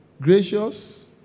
gracious